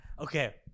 Okay